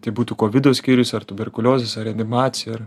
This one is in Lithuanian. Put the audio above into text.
tai būtų kovido skyrius ar tuberkuliozės ar reanimacija ar